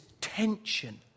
tension